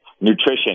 nutrition